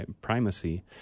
primacy